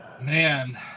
Man